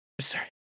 Sorry